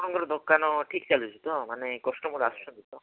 ଆପଣଙ୍କର ଦୋକାନ ଠିକ ଚାଲୁଛି ତ ମାନେ କଷ୍ଟମର୍ ଆସୁଛନ୍ତି ତ